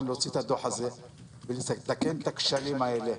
להוציא את הדוח הזה ולתקן את הכשלים האלה.